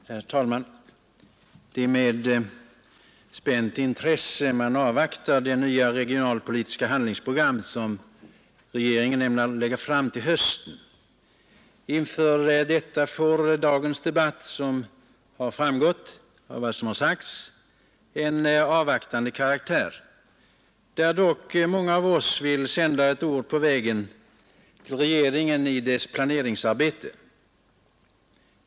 Herr talman! Det är med spänt intresse man avvaktar det nya regionalpolitiska handlingsprogram som regeringen ämnar lägga fram till hösten. Inför detta får dagens debatt, som har framgått av vad som har sagts tidigare, en avvaktande karaktär, där dock många av oss vill sända ”ord på vägen” till regeringen i dess planeringsarbete.